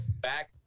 back